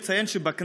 ראוי לציין שבכנסת,